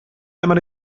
einmal